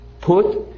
Put